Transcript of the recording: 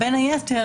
בין היתר,